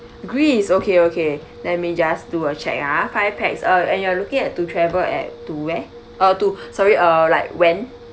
greece okay okay let me just do a check ah five pax uh and you are looking at to travel at to where uh to sorry uh like when